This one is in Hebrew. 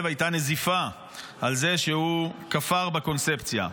הייתה נזיפה על זה שהוא כפר בקונספציה.